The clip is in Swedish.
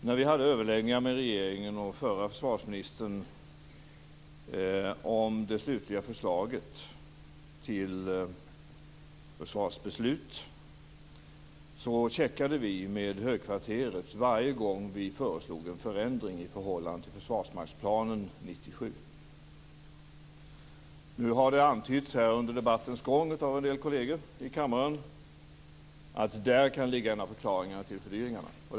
När vi hade överläggningar med regeringen och förra försvarsministern om det slutliga förslaget till försvarsbeslut checkade vi med högkvarteret varje gång vi föreslog en förändring i förhållande till Försvarsmaktsplan 97. Det har under debattens gång antytts av kolleger i kammaren att en av förklaringarna till fördyringarna kan ligga där.